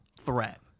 threat